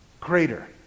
Greater